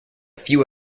few